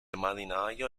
marinaio